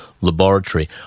laboratory